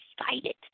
excited